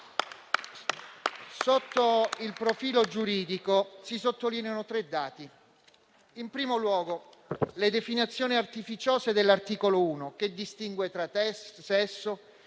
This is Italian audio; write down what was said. Sotto il profilo giuridico, si sottolineano tre dati. In primo luogo, le definizioni artificiose dell'articolo 1, che distingue tra sesso, genere,